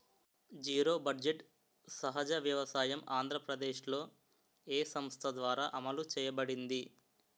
Zero budget సహజ వ్యవసాయం ఆంధ్రప్రదేశ్లో, ఏ సంస్థ ద్వారా అమలు చేయబడింది?